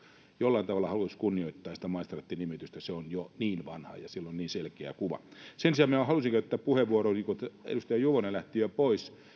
jollain tavalla haluaisi kunnioittaa sitä maistraatti nimitystä se on jo niin vanha ja siitä on niin selkeä kuva sen sijaan minä halusin käyttää puheenvuoron edustaja juvonen lähti jo pois